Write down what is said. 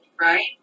right